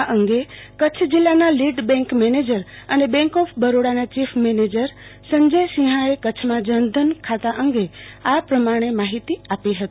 આ અંગે કચ્છ જીલ્લાના લીડ બેંક મેનેજર અને bank of બરોડાના chief manager Sanjay સિન્હાએ કચ્છમાં જનધન ખાતા અંગે આ પ્રમાણે માહિતી આપી હતી